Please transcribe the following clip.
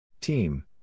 Team